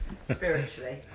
Spiritually